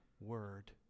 word